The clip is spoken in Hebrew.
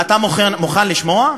אתה מוכן לשמוע?